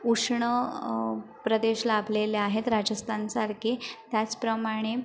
उष्ण प्रदेश लाभलेले आहेत राजस्थान सारखे त्याचप्रमाणे